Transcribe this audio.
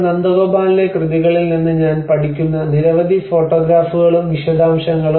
നന്ദഗോപാലിന്റെ കൃതികളിൽ നിന്ന് ഞാൻ പഠിക്കുന്ന നിരവധി ഫോട്ടോഗ്രാഫുകളും വിശദാംശങ്ങളും